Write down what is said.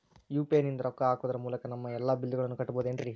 UPI ನಿಂದ ರೊಕ್ಕ ಹಾಕೋದರ ಮೂಲಕ ನಮ್ಮ ಎಲ್ಲ ಬಿಲ್ಲುಗಳನ್ನ ಕಟ್ಟಬಹುದೇನ್ರಿ?